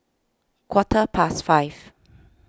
quarter past five